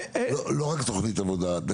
אפשר לקבל בבקשה תכנית עבודה מסודרת.